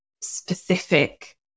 specific